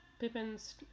pippins